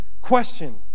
question